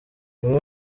bimwe